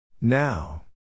Now